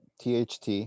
THT